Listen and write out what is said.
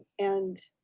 and